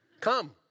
Come